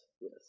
yes